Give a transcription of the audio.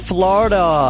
Florida